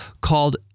called